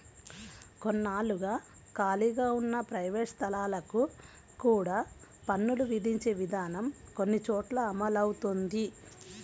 కొన్నాళ్లుగా ఖాళీగా ఉన్న ప్రైవేట్ స్థలాలకు కూడా పన్నులు విధించే విధానం కొన్ని చోట్ల అమలవుతోంది